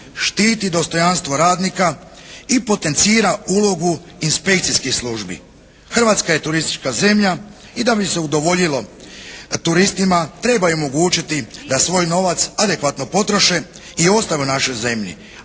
štiti dostojanstvo radnika i potencira ulogu inspekcijskih službi. Hrvatska je turistička zemlja i da bi se udovoljilo turistima treba im omogućiti da svoj novac adekvatno potroše i ostaju u našoj zemlji,